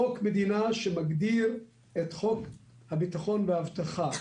חוק מדינה שמגדיר את חוק הביטחון והאבטחה.